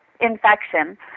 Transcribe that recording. infection